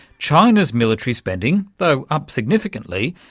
china's military spending, though up significantly,